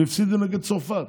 והפסידו נגד צרפת.